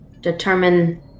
determine